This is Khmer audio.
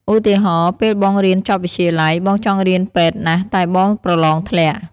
ឧទាហរណ៍ ពេលបងរៀនចប់វិទ្យាល័យ បងចង់រៀនពេទ្យណាស់ តែបងប្រឡងធ្លាក់។